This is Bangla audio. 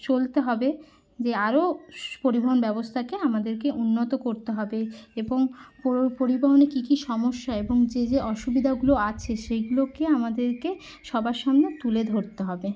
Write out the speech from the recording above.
চলতে হবে যে আরো সো পরিবহন ব্যবস্থাকে আমাদেরকে উন্নত করতে হবে এবং পরি পরিবহনে কী কী সমস্যা এবং যে যে অসুবিধাগুলো আছে সেইগুলোকে আমাদেরকে সবার সামনে তুলে ধরতে হবে